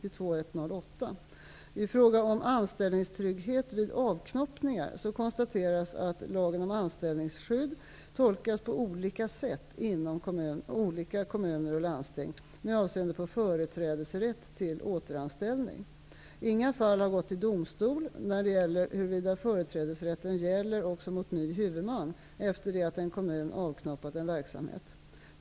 I fråga om anställningstrygghet vid avknoppningar konstateras att lagen om anställningsskydd tolkas på olika sätt inom olika kommuner och landsting med avseende på företrädesrätt till återanställning. Inga fall har gått till domstol när det gäller huruvida företrädesrätten gäller också mot ny huvudman efter det att en kommun avknoppat en verksamhet.